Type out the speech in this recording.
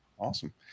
Awesome